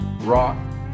rock